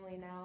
now